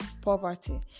poverty